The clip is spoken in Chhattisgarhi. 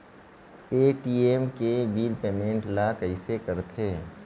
पे.टी.एम के बिल पेमेंट ल कइसे करथे?